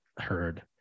heard